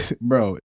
bro